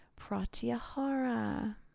pratyahara